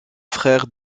frère